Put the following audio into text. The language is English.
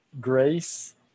Grace